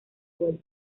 vuelta